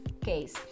case